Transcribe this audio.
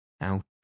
out